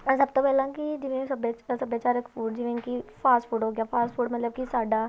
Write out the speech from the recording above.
ਅ ਸਭ ਤੋਂ ਪਹਿਲਾਂ ਕਿ ਜਿਵੇਂ ਸਭਿਆ ਸਭਿਆਚਾਰਿਕ ਫੂਡ ਜਿਵੇਂ ਕਿ ਫਾਸਟ ਫੂਡ ਹੋ ਗਿਆ ਫਾਸਟ ਫੂਡ ਮਤਲਬ ਕਿ ਸਾਡਾ